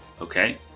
Okay